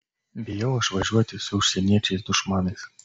bijau aš važiuoti su užsieniečiais dušmanais